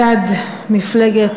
מצד מפלגת,